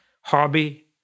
hobby